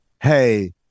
hey